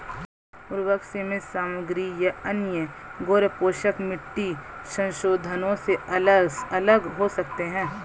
उर्वरक सीमित सामग्री या अन्य गैरपोषक मिट्टी संशोधनों से अलग हो सकते हैं